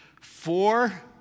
four